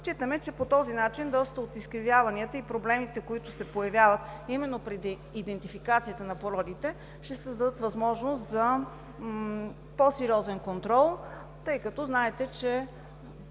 Считаме, че по този начин доста от изкривяванията и проблемите, които се появяват именно преди идентификацията на породите, ще създадат възможност за по-сериозен контрол, тъй като огромни